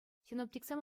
синоптиксем